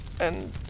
and-